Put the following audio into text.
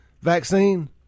vaccine